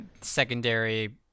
secondary